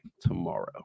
tomorrow